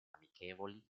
amichevoli